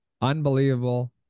Unbelievable